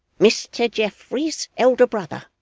mr geoffrey's elder brother